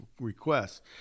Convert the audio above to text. requests